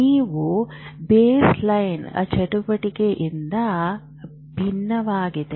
ನೀವು baseline ಚಟುವಟಿಕೆಯಿಂದ ಭಿನ್ನವಾಗಿದೆ